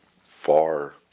far